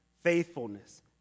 faithfulness